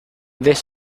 this